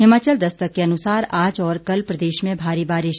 हिमाचल दस्तक के अनुसार आज और कल प्रदेश में भारी बारिश